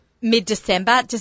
mid-December